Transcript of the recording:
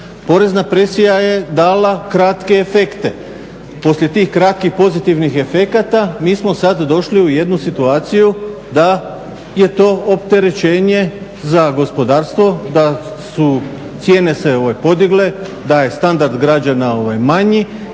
Porezna presija je dala kratke efekte, poslije tih kratkih pozitivnih efekata mi smo sad došli u jednu situaciju da je to opterećenje za gospodarstvo, da su cijene se podigle, da je standard građana manji